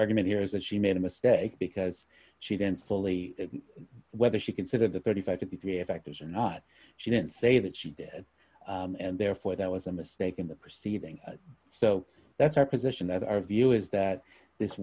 argument here is that she made a mistake because she didn't fully whether she considered the thirty five dollars to be a factors or not she didn't say that she did and therefore that was a mistake in the perceiving so that's our position that our view is that this